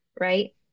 Right